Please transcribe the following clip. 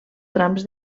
trams